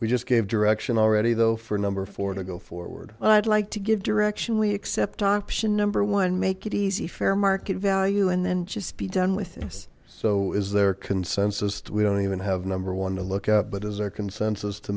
we just gave direction already though for a number four to go forward well i'd like to give direction we accept option number one make it easy fair market value and then just be done with us so is there consensus that we don't even have number one to look at but as a consensus to